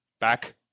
back